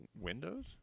Windows